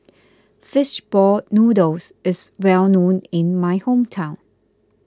Fish Ball Noodles is well known in my hometown